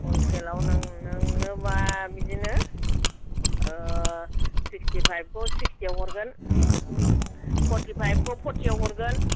हलसेलाव नोंनोबा बिदिनो सिक्सतिफाइभखौ सिक्सतियाव हरगोन फर्तिफाइभखौ फर्तियाव हरगोन